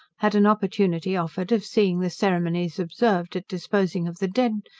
had an opportunity offered of seeing the ceremonies observed at disposing of the dead,